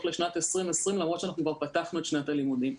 לשנת 2020 למרות שאנחנו כבר פתחתנו את שנת הלימודים.